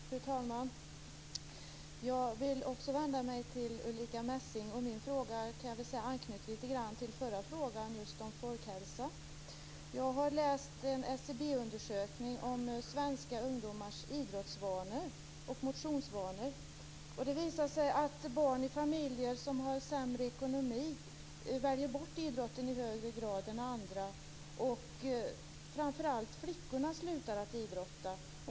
Fru talman! Jag vill också vända mig till Ulrica Messing, och min fråga anknyter lite till den förra frågan om folkhälsa. Jag har läst en SCB-undersökning om svenska ungdomars idrottsvanor och motionsvanor, och det visar sig att barn i familjer som har sämre ekonomi väljer bort idrotten i högre grad än andra. Framför allt flickorna slutar att idrotta.